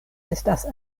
estas